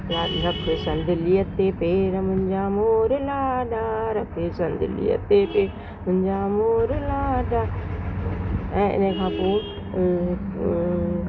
रख संदलीअ ते पेर मुंहिंजा मोर लाॾा रख संदलीअ ते पेर मुंहिंजा मोर लाॾा ऐं हिन खां पोइ